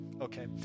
Okay